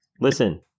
listen